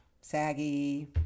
saggy